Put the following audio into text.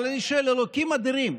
אבל אני שואל: אלוקים אדירים,